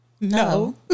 No